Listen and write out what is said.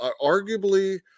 Arguably